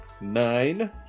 nine